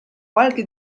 qualche